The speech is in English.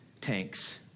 tanks